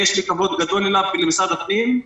יש לי כבוד גדול אליו ואל משרד הפנים,